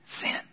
sin